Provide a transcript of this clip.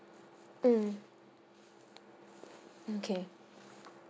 mm okay